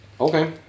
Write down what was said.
Okay